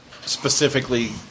specifically